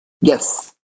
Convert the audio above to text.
Yes